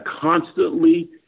constantly